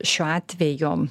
šiuo atveju